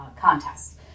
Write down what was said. contests